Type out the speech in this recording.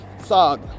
SOG